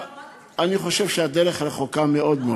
אנחנו דיברנו רק על פתח-תקווה.